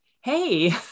hey